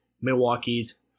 Milwaukee's